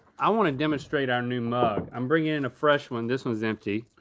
i wanna demonstrate our new mug. i'm bringing in a fresh one, this one's empty.